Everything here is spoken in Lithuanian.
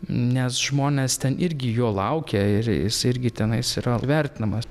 nes žmonės ten irgi jo laukia ir jis irgi tenais yra vertinamas